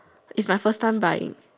it's my first time buying